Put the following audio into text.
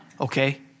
Okay